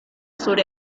sur